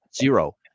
zero